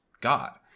God